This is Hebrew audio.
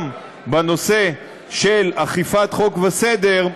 גם בנושא של אכיפת חוק וסדר,